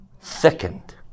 Thickened